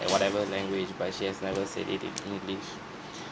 like whatever language but she has never said it in english